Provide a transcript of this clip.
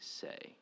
say